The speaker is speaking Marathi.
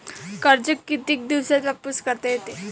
कर्ज कितीक दिवसात वापस करता येते?